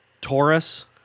taurus